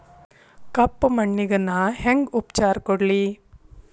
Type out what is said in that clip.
ಕಪ್ಪ ಮಣ್ಣಿಗ ನಾ ಹೆಂಗ್ ಉಪಚಾರ ಕೊಡ್ಲಿ?